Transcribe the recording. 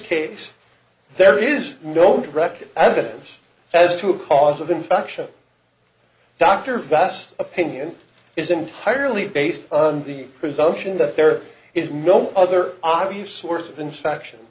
case there is no direct evidence as to cause of infection dr vass opinion is entirely based on the presumption that there is no other obvious source of infection